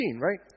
Right